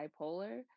bipolar